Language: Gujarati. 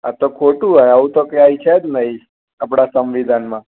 આ તો ખોટું આવું તો ક્યાંય છે જ નહીં આપણા સંવિધાનમાં